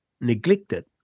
neglected